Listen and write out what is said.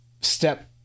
step